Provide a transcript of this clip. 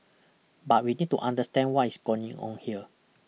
but we need to understand what is going on here